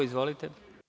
Izvolite.